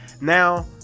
Now